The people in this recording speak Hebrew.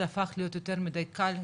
זה הפך להיות יותר מידי קל,